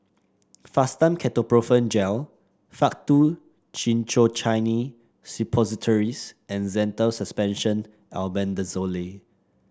Fastum Ketoprofen Gel Faktu Cinchocaine Suppositories and Zental Suspension Albendazole